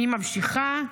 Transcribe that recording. והיא ממשיכה: